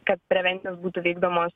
kad prevencijos būtų vykdomos